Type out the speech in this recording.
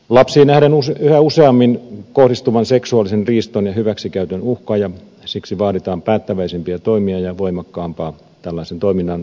lapsiin nähdään yhä useammin kohdistuvan seksuaalisen riiston ja hyväksikäytön uhka ja siksi vaaditaan päättäväisempiä toimia ja voimakkaampaa tällaisen toiminnan kriminalisointia